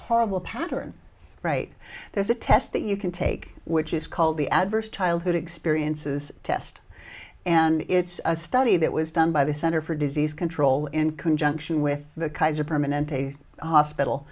horrible pattern right there's a test that you can take which is called the adverse childhood experiences test and it's a study that was done by the center for disease control in conjunction with the